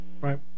Right